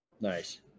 Nice